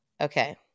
okay